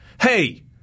hey